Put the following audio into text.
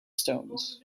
stones